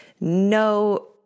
no